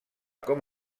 com